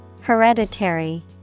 Hereditary